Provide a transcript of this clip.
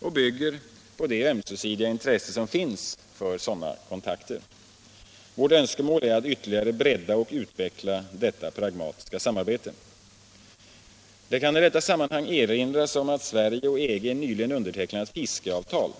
och bygger på det ömsesidiga intresse som finns för sådana kontakter. Vårt önskemål är att ytterligare bredda och utveckla detta pragmatiska samarbete. Det kan i detta sammanhang erinras om att Sverige och EG nyligen undertecknat ett fiskeavtal.